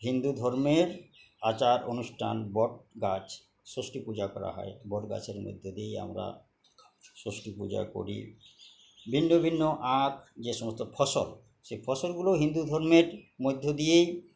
হিন্দু ধর্মের আচার অনুষ্ঠান বট গাছ ষষ্ঠী পূজা করা হয় বট গাছের মধ্য দিয়েই আমরা ষষ্ঠী পূজা করি ভিন্ন ভিন্ন আখ যে সমস্ত ফসল সেই ফসলগুলো হিন্দু ধর্মের মধ্য দিয়েই